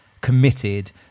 committed